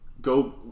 go